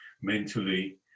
mentally